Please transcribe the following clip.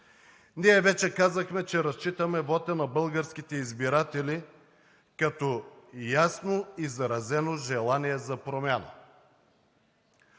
Ние вече казахме, че разчитаме вота на българските избиратели като ясно изразено желание за промяна.